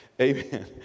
amen